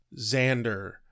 Xander